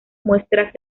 muestras